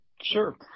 Sure